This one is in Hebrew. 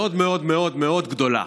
מאוד מאוד מאוד מאוד גדולה.